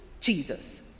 Jesus